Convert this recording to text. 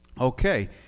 okay